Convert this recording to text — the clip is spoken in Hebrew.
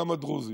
גם הדרוזים.